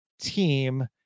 team